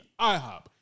IHOP